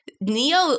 Neo